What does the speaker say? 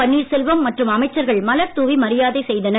பன்னீர் செல்வம் மற்றும் அமைச்சர்கள் மலர் தூவி மரியாதை செய்தனர்